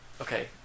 Okay